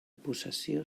possessió